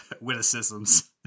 witticisms